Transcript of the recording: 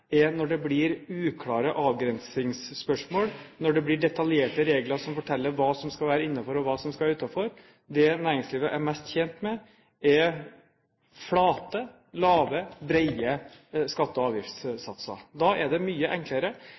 når det blir uklare avgrensingsspørsmål, og når det blir detaljerte regler som forteller hva som skal være innenfor, og hva som skal være utenfor. Det næringslivet er mest tjent med, er flate, lave, brede skatte- og avgiftssatser. Da er det mye enklere.